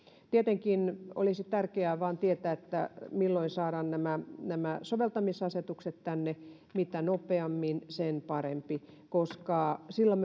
tietenkin olisi vain tärkeää tietää milloin saadaan soveltamisasetukset tänne mitä nopeammin sen parempi koska silloin